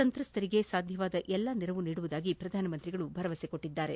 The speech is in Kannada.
ಸಂತ್ರಸ್ತರಿಗೆ ಸಾಧ್ಯವಾದ ಎಲ್ಲ ನೆರವು ನೀಡುವುದಾಗಿ ಪ್ರಧಾನಿ ಭರವಸೆ ನೀಡಿದರು